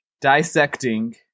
Dissecting